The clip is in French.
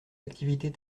activités